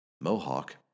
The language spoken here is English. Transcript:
Mohawk